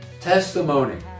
testimony